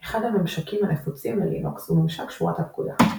אחד הממשקים הנפוצים ללינוקס הוא ממשק שורת פקודה.